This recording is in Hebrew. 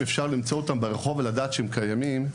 אפשר למצוא אותם ברחוב ולדעת שהם קיימים.